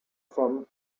from